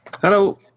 hello